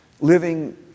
Living